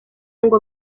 ngo